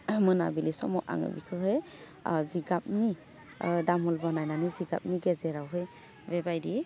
मोनाबिलि समाव आङो बिखोहै ओह जिगाबनि ओह दामोल बानायनानै जिगाबनि गेजेरावहै बेबायदि